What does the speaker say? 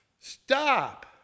Stop